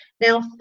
Now